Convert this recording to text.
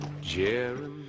Jeremy